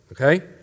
okay